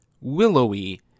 willowy